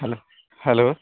hello hello